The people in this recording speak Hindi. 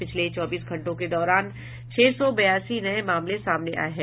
पिछले चौबीस घंटों के दौरान छह सौ बयासी नये मामले सामने आये हैं